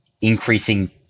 increasing